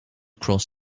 cross